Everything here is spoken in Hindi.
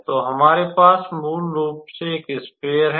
तो हमारे पास मूल रूप से एक स्फेयर है